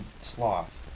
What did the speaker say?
sloth